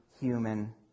human